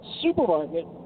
supermarket